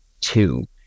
two